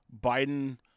Biden